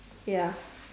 ya